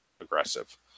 aggressive